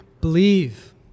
believe